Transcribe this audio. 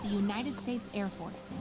united states air force.